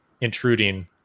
intruding